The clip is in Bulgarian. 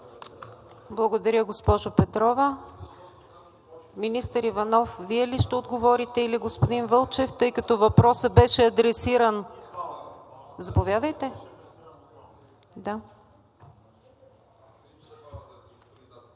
Благодаря Ви, госпожо Петрова. Министър Иванов, Вие ли ще отговорите, или господин Вълчев, тъй като въпросът беше адресиран? Заповядайте.